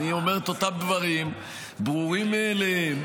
אני אומר את אותם דברים ברורים מאליהם.